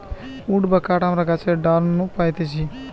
would বা কাঠ আমরা গাছের ডাল নু পাইতেছি